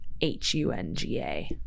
H-U-N-G-A